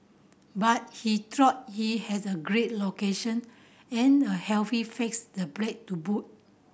but he thought he has a great location and a fax the break to boot